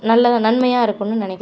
நல்ல நன்மையாக இருக்கும்னு நினைக்கிறேன்